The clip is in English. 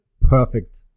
perfect